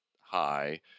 high